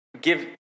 give